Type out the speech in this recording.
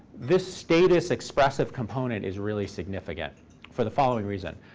this status-expressive component is really significant for the following reason.